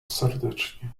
serdecznie